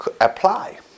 apply